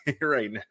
right